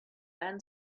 then